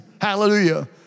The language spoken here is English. hallelujah